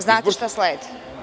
Znate šta sledi.